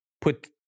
put